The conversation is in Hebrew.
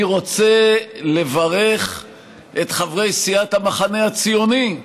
אני רוצה לברך את חברי סיעת המחנה הציוני,